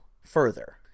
further